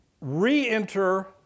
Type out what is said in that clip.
re-enter